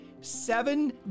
seven